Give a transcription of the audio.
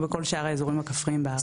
כמו בכל שאר האזורים הכפריים בארץ.